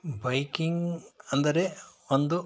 biking ಅಂದರೆ ಒಂದು